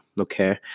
okay